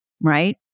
right